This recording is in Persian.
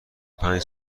پنج